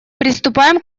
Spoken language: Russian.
приступаем